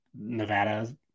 Nevada